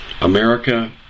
America